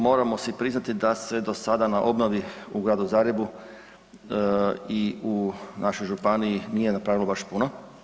Moramo svi priznati da se do sada na obnovi u Gradu Zagrebu i u našoj županiji nije napravilo baš puno.